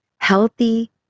healthy